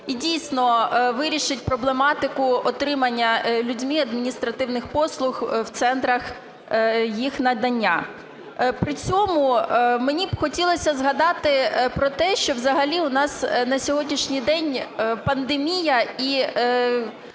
і дійсно вирішить проблематику отримання людьми адміністративних послуг в центрах їх надання. При цьому мені б хотілося згадати про те, що взагалі у нас на сьогоднішній день пандемія і